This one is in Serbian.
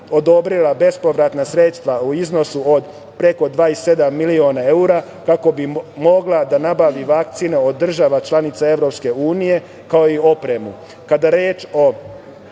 odobrila bespovratna sredstva u iznosu od preko 27 miliona evra kako bi mogla da nabavi vakcine od država članica EU, kao i opremu. Kada